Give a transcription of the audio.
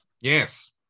Yes